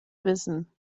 wissen